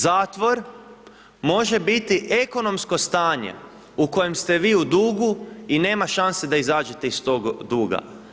Zatvor može biti ekonomsko stanje u kojem ste vi u dugu i nema šanse da izađete iz tog duga.